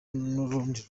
n’urundi